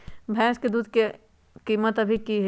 भैंस के दूध के कीमत अभी की हई?